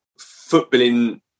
footballing